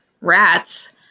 rats